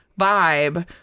vibe